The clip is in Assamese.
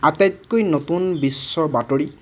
আটাইতকৈ নতুন বিশ্বৰ বাতৰি